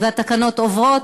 והתקנות עוברות,